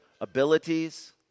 abilities